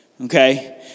Okay